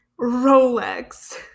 Rolex